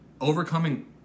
overcoming